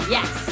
Yes